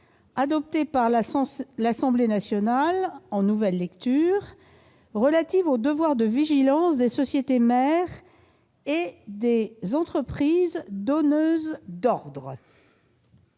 adoptée par l'Assemblée nationale en nouvelle lecture, relative au devoir de vigilance des sociétés mères et des entreprises donneuses d'ordre